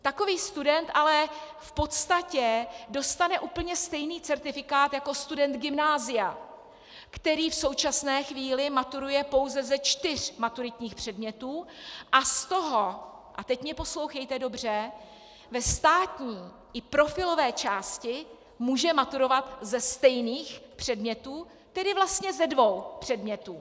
Takový student ale v podstatě dostane úplně stejný certifikát jako student gymnázia, který v současné chvíli maturuje pouze ze čtyř maturitních předmětů a z toho a teď mě poslouchejte dobře ve státní i profilové části může maturovat ze stejných předmětů, tedy vlastně ze dvou předmětů.